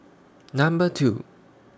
Number two